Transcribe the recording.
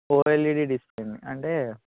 four LED display అంటే